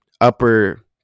upper